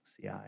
CI